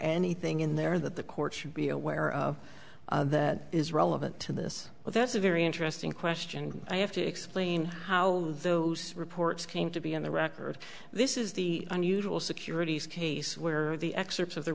anything in there that the courts should be aware of that is relevant to this well that's a very interesting question i have to explain how those reports came to be on the record this is the unusual securities case where the excerpts of the